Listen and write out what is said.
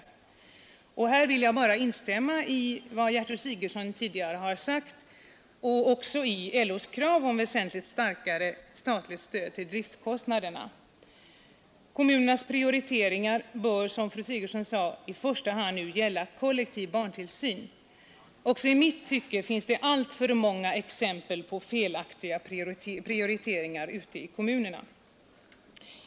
Jag vill i detta sammanhang bara instämma i vad Gertrud Sigurdsen tidigare har sagt liksom i LO:s krav på ett väsentligt starkare statligt stöd till driftkostnaderna. Kommunernas prioriteringar bör, som fru Sigurdsen sade, i första hand nu gälla kollektiv barntillsyn. Också i mitt tycke finns det alltför många exempel på felaktiga prioriteringar ute i kommunerna.